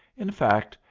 in fact,